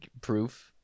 proof